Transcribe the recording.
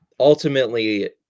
Ultimately